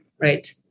Right